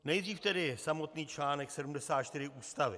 Nejdřív tedy samotný článek 74 Ústavy.